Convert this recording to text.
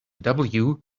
can